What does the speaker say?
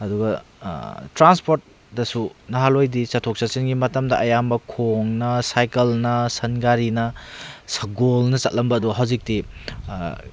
ꯑꯗꯨꯒ ꯇ꯭ꯔꯥꯟꯁꯄꯣꯔꯠꯇꯁꯨ ꯅꯍꯥꯟꯋꯥꯏꯗꯤ ꯆꯠꯊꯣꯛ ꯆꯠꯁꯤꯟꯒꯤ ꯃꯇꯝꯗ ꯑꯌꯥꯝꯕ ꯈꯣꯡꯅ ꯁꯥꯏꯀꯜꯅ ꯁꯟꯒꯥꯔꯤꯅ ꯁꯒꯣꯜꯅ ꯆꯠꯂꯝꯕꯗꯣ ꯍꯧꯖꯤꯛꯇꯤ